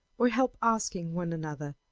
or help asking one another,